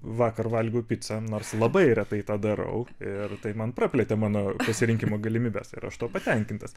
vakar valgiau picą nors labai retai tą darau ir tai man praplėtė mano pasirinkimo galimybes ir aš tuo patenkintas